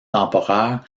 temporaires